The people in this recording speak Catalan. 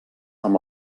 amb